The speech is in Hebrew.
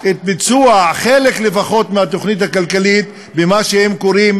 ביצוע חלק לפחות מהתוכנית הכלכלית במה שהם קוראים